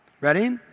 Ready